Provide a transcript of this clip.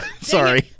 Sorry